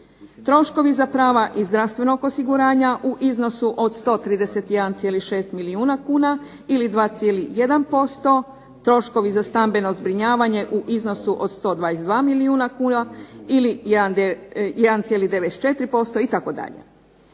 Troškovi za prava iz zdravstvenog osiguranja u iznosu od 131,6 milijuna kuna ili 2,1%, troškovi za stambeno zbrinjavanje u iznosu od 122 milijuna kuna ili 1,94%, itd.